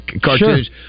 cartoons